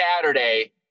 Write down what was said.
Saturday